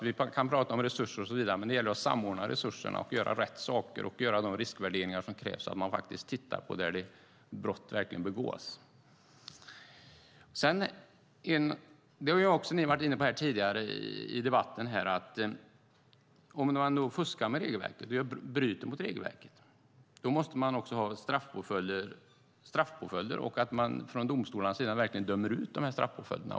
Vi kan prata om resurser och så vidare, men det gäller att samordna resurserna och göra rätt saker och göra de riskvärderingar som krävs, så att man faktiskt tittar på där brott verkligen begås. Ni har varit inne på det tidigare i debatten, att om man bryter mot regelverket måste det också finnas straffpåföljder. Och man måste från domstolarnas sida verkligen döma ut de här straffpåföljderna.